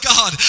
God